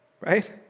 right